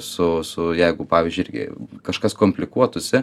su su jeigu pavyzdžiui irgi kažkas komplikuotųsi